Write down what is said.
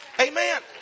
Amen